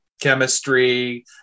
chemistry